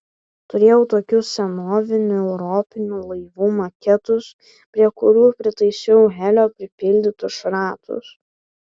turėjau tokius senovinių europinių laivų maketus prie kurių pritaisiau helio pripildytus šratus